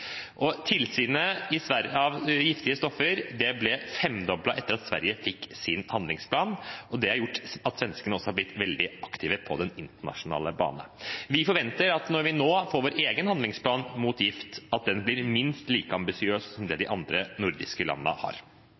giftige stoffer i Sverige ble femdoblet etter at Sverige fikk sin handlingsplan. Det har gjort at svenskene er blitt veldig aktive også på den internasjonale banen. Vi forventer, når vi nå får vår egen handlingsplan mot gift, at den blir minst like ambisiøs som de som de andre nordiske landene har.